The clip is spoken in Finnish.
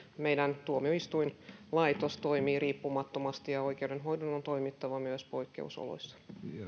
meidän tuomioistuinlaitos toimii riippumattomasti ja oikeudenhoidon on toimittava myös poikkeusoloissa